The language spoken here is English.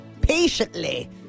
patiently